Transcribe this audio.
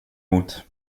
mot